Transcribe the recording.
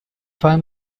for